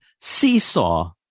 Seesaw